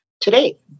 today